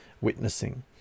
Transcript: witnessing